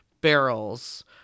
barrels